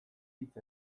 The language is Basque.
hitz